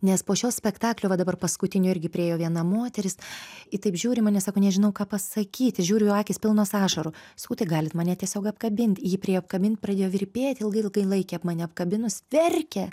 nes po šio spektaklio va dabar paskutinio irgi priėjo viena moteris ji taip žiūri į mane sako nežinau ką pasakyti žiūriu akys pilnos ašarų sakau tai galit mane tiesiog apkabint jį priėjo apkabint pradėjo virpėti ilgai ilgai laikė mane apkabinus verkė